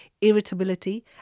Irritability